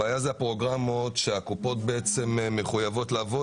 הבעיה היא הפרוגמות שהקופות מחויבות לעבוד